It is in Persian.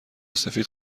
سفید